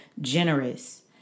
generous